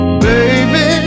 baby